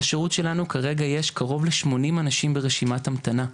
לשירות שלנו יש כרגע קרוב לשמונים אנשים ברשימת המתנה.